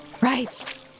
Right